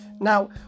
Now